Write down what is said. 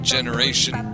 Generation